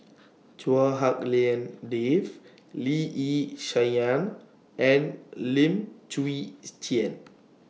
Chua Hak Lien Dave Lee Yi Shyan and Lim Chwee Chian